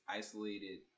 isolated